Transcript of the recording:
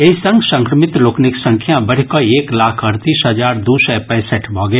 एहि संग संक्रमित लोकनिक संख्या बढि कऽ एक लाख अड़तीस हजार दू सय पैसठि भऽ गेल